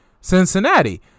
Cincinnati